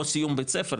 או סיום בית ספר,